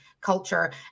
culture